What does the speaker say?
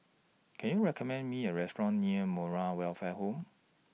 Can YOU recommend Me A Restaurant near Moral Welfare Home